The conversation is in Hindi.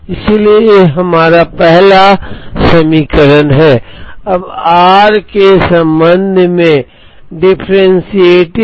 यह हमें इसलिए मिलता है क्योंकि X की S बार अपेक्षित कमी का प्रतिनिधित्व करती है इसलिए यह रीऑर्डर स्तर पर निर्भर करेगा क्योंकि कमी तब होता है जब लीड टाइम डिमांड का स्तर फिर से बढ़ जाता है